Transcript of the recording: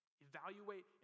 evaluate